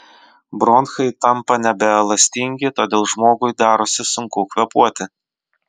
bronchai tampa nebeelastingi todėl žmogui darosi sunku kvėpuoti